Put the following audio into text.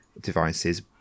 devices